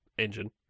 engine